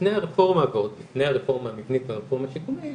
לפני הרפורמה המבנית והרפורמה השיקומית